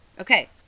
Okay